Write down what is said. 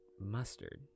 mustard